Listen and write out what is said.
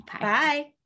Bye